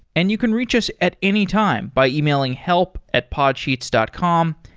and you can reach us at any time by emailing help at podsheets dot com.